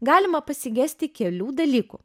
galima pasigesti kelių dalykų